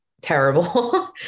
terrible